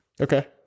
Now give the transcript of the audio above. okay